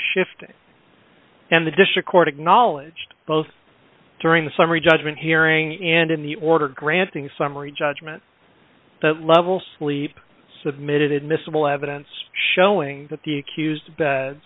shifting and the dish accorded knowledged both during the summary judgment hearing and in the order granting summary judgment level sleep submitted admissible evidence showing that the accused